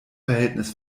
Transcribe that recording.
verhältnis